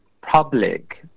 public